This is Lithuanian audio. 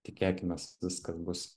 tikėkimės viskas bus